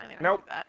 nope